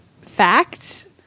fact